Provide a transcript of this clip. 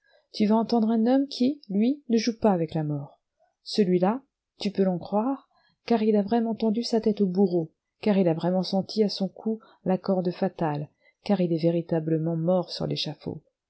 tu vas entendre un homme qui lui ne joue pas avec la mort celui-là tu peux l'en croire car il a vraiment tendu sa tête au bourreau car il a vraiment senti à son cou la corde fatale car il est véritablement mort sur